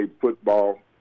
football